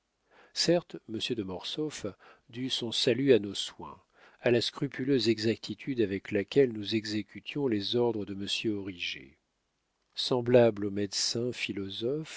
certes monsieur de mortsauf dut son salut à nos soins à la scrupuleuse exactitude avec laquelle nous exécutions les ordres de monsieur origet semblables aux médecins philosophes